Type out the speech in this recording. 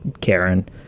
karen